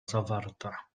zawarta